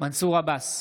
מנסור עבאס,